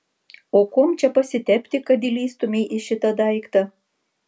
o kuom čia pasitepti kad įlįstumei į šitą daiktą